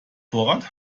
vorrat